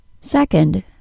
Second